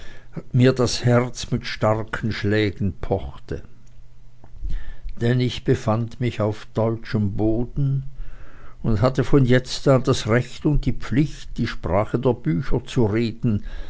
mir das herz mit starken schlägen pochte denn ich befand mich auf deutschem boden und hatte von jetzt an das recht und die pflicht die sprache der bücher zu reden